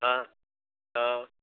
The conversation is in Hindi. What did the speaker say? हाँ हाँ